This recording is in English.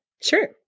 Sure